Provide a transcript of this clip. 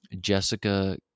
Jessica